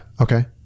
Okay